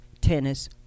tennis